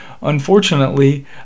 Unfortunately